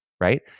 Right